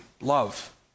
love